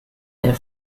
their